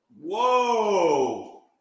Whoa